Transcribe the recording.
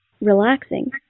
relaxing